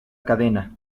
cadena